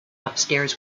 upstairs